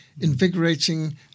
invigorating